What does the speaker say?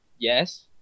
yes